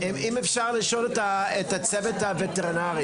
אני רוצה לשאול שאלה את הצוות הווטרינרי.